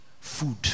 Food